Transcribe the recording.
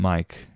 Mike